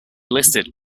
listed